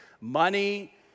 Money